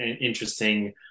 interesting